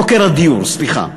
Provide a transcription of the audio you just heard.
יוקר הדיור, סליחה.